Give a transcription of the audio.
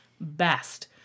best